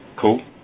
Cool